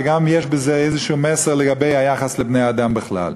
וגם יש בזה איזשהו מסר לגבי היחס לבני-אדם בכלל.